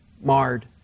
marred